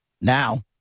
Now